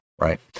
Right